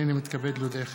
נתקבל.